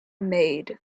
maid